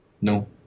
No